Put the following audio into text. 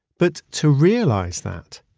but to realize that,